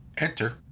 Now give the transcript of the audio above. Enter